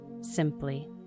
simply